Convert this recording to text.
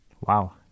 Wow